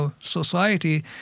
society